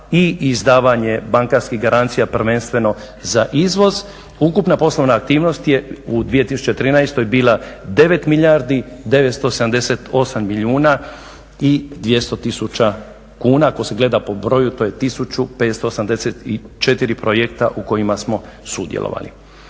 i izdavanje bankarskih garancija prvenstveno za izvoz, ukupna poslovna aktivnost je u 2013. bila 9 milijardi 978 milijuna i 200 tisuća kuna, ako se gleda po broju, to je 1584 projekta u kojima smo sudjelovali.